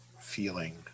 feeling